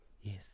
Yes